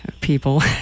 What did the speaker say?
people